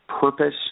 purpose